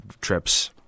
trips